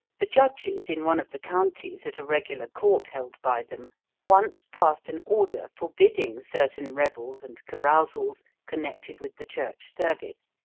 the judges in one of the counties, at a regular court held by them once passed an order forbidding certain revels and carousals connected with the church service,